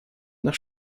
nach